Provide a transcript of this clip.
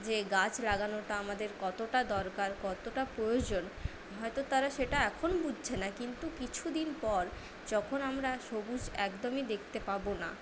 যে গাছ লাগানোটা আমাদের কতটা দরকার কতটা পোয়োজন হয়তো তারা সেটা এখন বুঝছে না কিন্তু কিছুদিন পর যখন আমরা সবুজ একদমই দেখতে পাবোনা